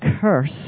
curse